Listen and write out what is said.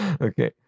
Okay